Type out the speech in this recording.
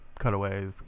cutaways